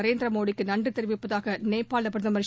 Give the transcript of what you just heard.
நரேந்திர மோடிக்கு நன்றி தெரிவிப்பதாக நேபாள பிரதமர் திரு